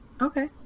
Okay